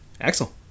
Axel